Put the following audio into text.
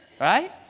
Right